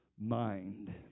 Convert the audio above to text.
mind